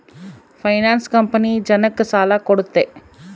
finance company ಜನಕ್ಕ ಸಾಲ ಕೊಡುತ್ತೆ